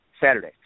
Saturday